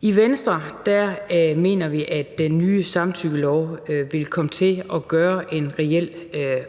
I Venstre mener vi, at den nye samtykkelov vil komme til at gøre en reel